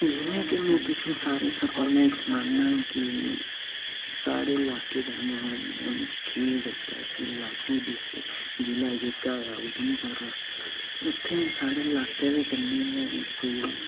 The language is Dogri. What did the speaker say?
जि'यां कि में तुसें ई सारें शा पैह्लें सनान्ना कि साढ़े इलाके दा नांऽ ऐ जखीढ़ तैह्सील लाटी ते जिला जेह्का ऐ उधमपुर ऐ उत्थै साढ़े इलाके दे कन्नै गै कोई